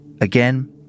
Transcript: again